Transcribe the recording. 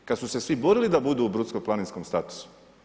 Kada su se svi borili da budu u brdsko planinskom statusu.